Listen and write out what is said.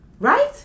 right